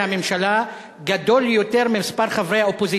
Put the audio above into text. הממשלה גדול יותר ממספר חברי האופוזיציה.